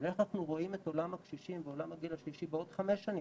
ואיך אנחנו רואים את עולם הקשישים ועולם הגיל השלישי בעוד חמש שנים,